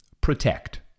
Protect